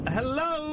Hello